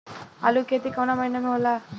आलू के खेती कवना महीना में होला?